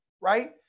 right